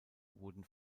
wurden